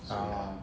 orh